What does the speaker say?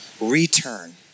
return